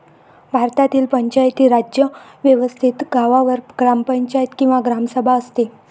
भारतातील पंचायती राज व्यवस्थेत गावावर ग्रामपंचायत किंवा ग्रामसभा असते